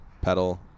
pedal